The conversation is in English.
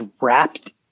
wrapped